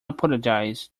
apologize